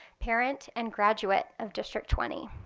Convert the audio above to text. parent, and graduate of district twenty.